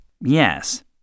Yes